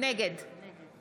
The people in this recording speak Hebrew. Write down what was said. נגד